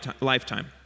lifetime